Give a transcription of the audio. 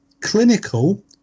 clinical